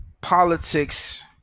politics